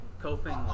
coping